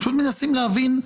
פשוט אני מנסה להבין,